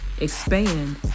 expand